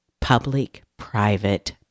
public-private